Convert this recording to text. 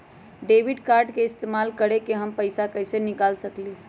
Debit card के इस्तेमाल करके हम पैईसा कईसे निकाल सकलि ह?